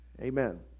Amen